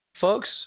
Folks